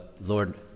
Lord